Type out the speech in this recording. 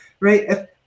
right